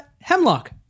Hemlock